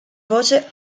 voce